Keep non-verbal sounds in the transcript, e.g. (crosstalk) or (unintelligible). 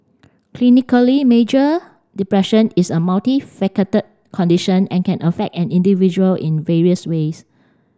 clinically major depression is a (unintelligible) condition and can affect an individual in various ways